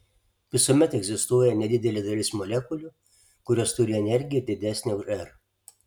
visuomet egzistuoja nedidelė dalis molekulių kurios turi energiją didesnę už r